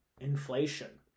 inflation